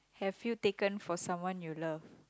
have you taken for someone you love